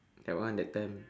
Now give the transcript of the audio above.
that one that time